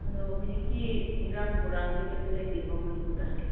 ꯑꯗꯨ ꯍꯧꯖꯤꯛꯀꯤ ꯏꯔꯥꯡ ꯄꯨꯔꯥꯡꯗꯤ ꯀꯩꯁꯨ ꯂꯩꯇꯦꯀꯣ ꯃꯅꯤꯄꯨꯔꯗ